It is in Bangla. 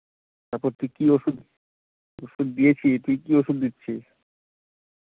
তারপর তুই কি ওষুধ ওষুধ দিয়েছি তুই কি ওষুধ দিচ্ছিস